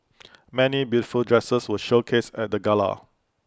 many beautiful dresses were showcased at the gala